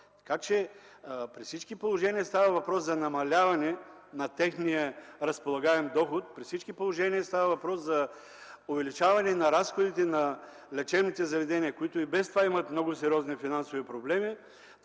заплати. При всички положения става въпрос за намаляване на техния разполагаем доход. При всички положения става въпрос за увеличаване на разходите на лечебните заведения, които и без това имат много сериозни финансови проблеми.